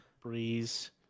Breeze